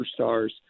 superstars